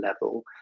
level